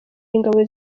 ingabo